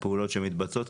הפעולות שמתבצעות,